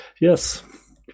Yes